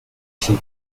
she